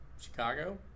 Chicago